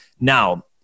Now